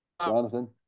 Jonathan